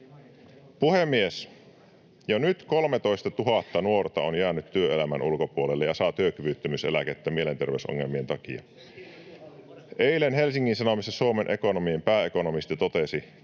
Puhemies! Jo nyt 13 000 nuorta on jäänyt työelämän ulkopuolelle ja saa työkyvyttömyyseläkettä mielenterveysongelmien takia. [Ben Zyskowicz: Sekin nyt on hallituksen